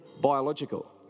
biological